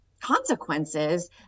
consequences